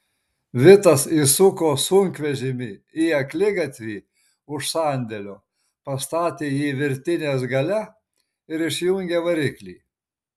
vitas įsuko sunkvežimį į akligatvį už sandėlio pastatė jį virtinės gale ir išjungė variklį